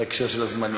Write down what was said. בהקשר של הזמנים.